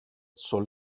sol